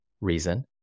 reason